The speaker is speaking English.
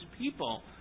people